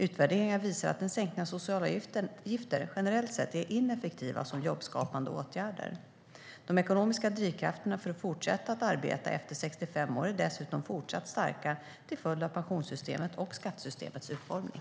Utvärderingar visar att sänkningar av socialavgifter, generellt sett, är ineffektiva som jobbskapande åtgärder. De ekonomiska drivkrafterna för att man ska fortsätta att arbeta efter 65 år är dessutom fortsatt starka till följd av pensionssystemet och skattesystemets utformning.